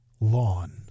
lawn